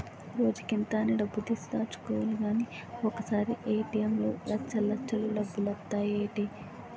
రోజుకింత అని డబ్బుతీసి దాచుకోలిగానీ ఒకసారీ ఏ.టి.ఎం లో లచ్చల్లచ్చలు డబ్బులొచ్చేత్తాయ్ ఏటీ?